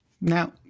Now